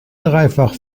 dreifach